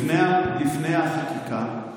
לפני החקיקה,